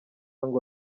ngo